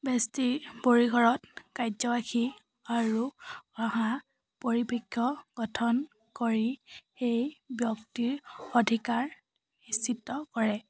বেষ্টি পৰিঘৰত কাৰ্যবাসী আৰু অহা পৰিপেক্ষ গঠন কৰি সেই ব্যক্তিৰ অধিকাৰ নিশ্চিত কৰে